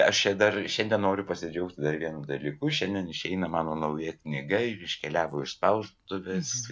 bet aš dar šiandien noriu pasidžiaugti dar vienu dalyku šiandien išeina mano nauja knyga iškeliavo iš spaustuvės